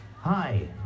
Hi